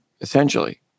essentially